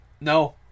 No